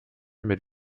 mit